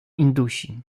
indusi